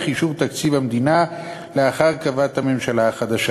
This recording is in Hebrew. אישור תקציב המדינה לאחר הרכבת ממשלה חדשה.